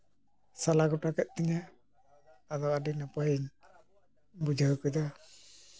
ᱥᱟᱞᱟᱜᱚᱴᱟ ᱠᱟᱜ ᱛᱤᱧᱟᱹ ᱟᱫᱚ ᱟᱹᱰᱤ ᱱᱟᱯᱟᱭᱤᱧ ᱵᱩᱡᱷᱟᱹᱣ ᱠᱮᱫᱟ